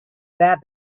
that